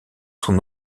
son